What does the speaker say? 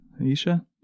Aisha